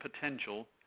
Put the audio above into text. potential